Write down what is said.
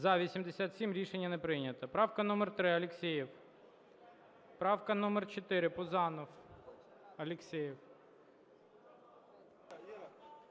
За-87 Рішення не прийнято. Правка номер 3. Алєксєєв. Правка номер 4. Пузанов. Алєксєєв.